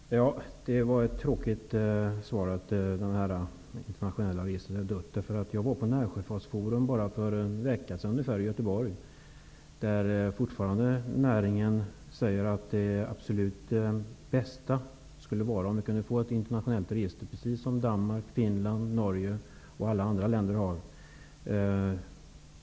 Herr talman! Det var ett tråkigt svar att detta internationella register är dött. Jag var nämligen på Närsjöfartsforum i Göteborg för bara någon vecka sedan. Där säger näringen fortfarande att det absolut bästa skulle vara om vi kunde få ett internationellt register precis som Danmark, Finland, Norge och alla andra länder har.